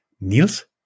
Niels